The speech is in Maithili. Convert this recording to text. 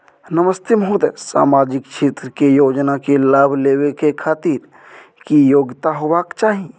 नमस्ते महोदय, सामाजिक क्षेत्र के योजना के लाभ लेबै के खातिर की योग्यता होबाक चाही?